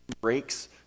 breaks